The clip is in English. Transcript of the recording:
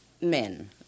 men